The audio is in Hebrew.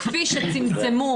כפי שצמצמו,